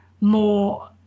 more